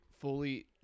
fully